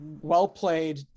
well-played